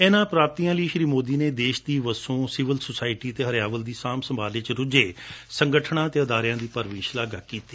ਇਨਾਂ ਪੁਾਪਤੀਆਂ ਲਈ ਸ੍ਰੀ ਮੋਦੀ ਨੇ ਦੇਸ਼ ਦੀ ਵਸੋ ਸਿਵਿਲ ਸੋਸਾਇਟੀ ਅਤੇ ਹਰਿਆਵਲ ਦੀ ਸਾਂਭ ਸੰਭਾਲ ਵਿਚ ਰੁੱਝੇ ਸੰਗਠਣਾਂ ਅਤੇ ਅਦਾਰਿਆਂ ਦੀ ਭਰਵੀ ਸ਼ਲਾਘਾ ਵੀ ਕੀਤੀ